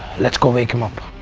let's go wake him up.